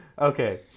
okay